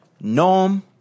norm